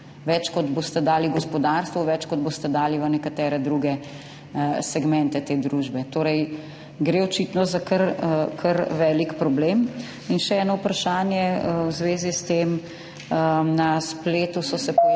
Več kot boste dali gospodarstvu, več kot boste dali v nekatere druge segmente te družbe. Torej, gre očitno za kar velik problem. Še eno vprašanje v zvezi s tem. Na spletu so se pojavile